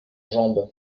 jambes